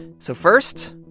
so first,